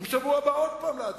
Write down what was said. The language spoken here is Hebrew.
ובשבוע הבא עוד פעם להצבעה.